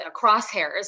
crosshairs